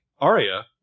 Arya